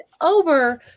over